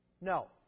No